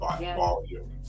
volume